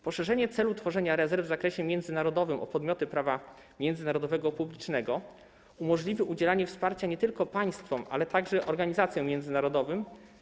Poszerzenie celu tworzenia rezerw w zakresie międzynarodowym o podmioty prawa międzynarodowego publicznego umożliwi udzielanie wsparcia nie tylko państwom, ale także organizacjom międzynarodowym.